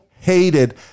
hated